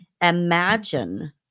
imagine